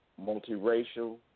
multiracial